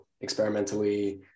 experimentally